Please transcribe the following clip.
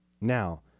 Now